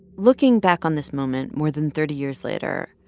looking back on this moment more than thirty years later,